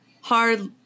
Hard